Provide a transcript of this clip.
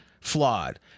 flawed